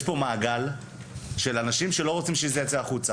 יש פה מעגל של אנשים שלא רוצים שזה ייצא החוצה.